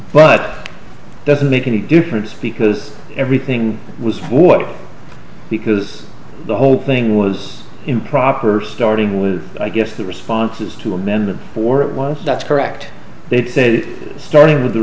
it doesn't make any difference because everything was what because the whole thing was improper starting with i guess the responses to amendment or it was that's correct they'd say starting with the